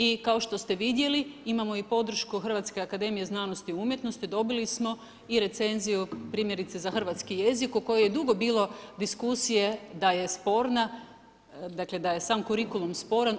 I kao što ste vidjeli imamo i podršku Hrvatske akademije znanosti i umjetnosti, dobili smo i recenziju primjerice za hrvatski jezik u kojoj je dugo bilo diskusije da je sporna, dakle da je sam kurikulum sporan.